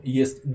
jest